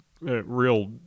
real